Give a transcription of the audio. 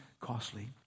costly